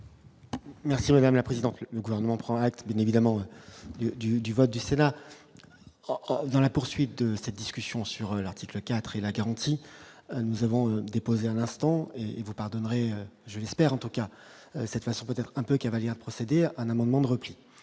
Merci madame la présidente, le gouvernement prend acte d'une évidemment du du du vote du Sénat dans la poursuite de cette discussion sur l'article 4 et la garantie, nous avons déposé un instant et vous pardonnerez, je l'espère en tout cas cette façon peut-être un peu Cavaliere procéder à un amendement de repli,